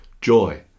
joy